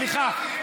סליחה,